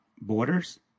borders